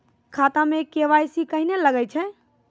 खाता मे के.वाई.सी कहिने लगय छै?